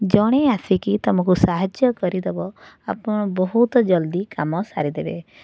ଜଣେ ଆସିକି ତମକୁ ସାହାଯ୍ୟ କରିଦବ ଆପଣ ବହୁତ ଜଲଦି କାମ ସାରିଦେବେ